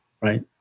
right